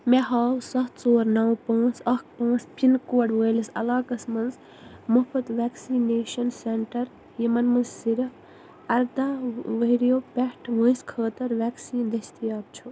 مےٚ ہاو سَتھ ژور نَو پانٛژ اَکھ پانٛژ پِن کوڈ وٲلِس علاقس مَنٛز مُفُت ویکسِنیٚشن سینٹر یِمَن مَنٛز صِرف ارداہ وُہٕرِیَو پٮ۪ٹھ وٲنٛسہِ خٲطرٕ ویکسیٖن دٔستِیاب چھُ